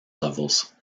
levels